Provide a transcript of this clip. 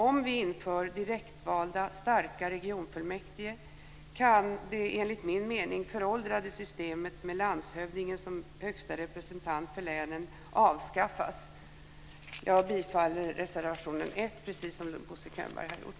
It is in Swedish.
Om vi inför direktvalda, starka regionfullmäktige kan det enligt min mening föråldrade systemet med landshövdingen som högsta representant för länen avskaffas. Jag bifaller reservation 1, precis som Bosse Könberg har gjort.